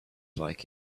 like